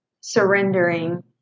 surrendering